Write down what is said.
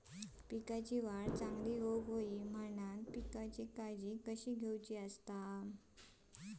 पिकाची वाढ चांगली होऊक होई म्हणान पिकाची काळजी कशी घेऊक होई?